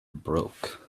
broke